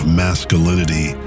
masculinity